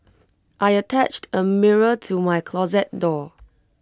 I attached A mirror to my closet door